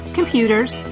computers